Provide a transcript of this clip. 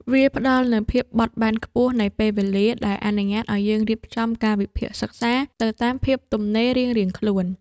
វាផ្ដល់នូវភាពបត់បែនខ្ពស់នៃពេលវេលា ដែលអនុញ្ញាតឱ្យយើងរៀបចំកាលវិភាគសិក្សាទៅតាមភាពទំនេររៀងៗខ្លួន។